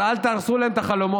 אז אל תהרסו להם את החלומות.